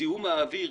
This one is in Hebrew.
זיהום האוויר